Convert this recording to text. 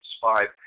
five